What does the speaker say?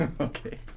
Okay